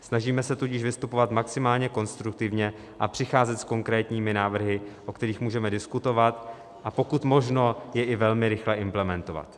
Snažíme se tudíž vystupovat maximálně konstruktivně a přicházet s konkrétními návrhy, o kterých můžeme diskutovat a pokud možno je i velmi rychle implementovat.